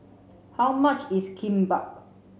how much is Kimbap